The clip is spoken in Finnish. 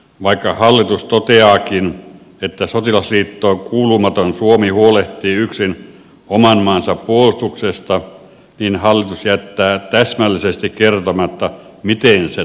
vaikka hallitus toteaakin että sotilasliittoon kuulumaton suomi huolehtii yksin oman maansa puolustuksesta niin hallitus jättää täsmällisesti kertomatta miten se toteutetaan